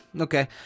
okay